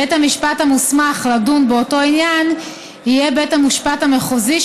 בית המשפט המוסמך לדון באותו עניין יהיה בית המשפט המחוזי,